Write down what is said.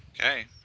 Okay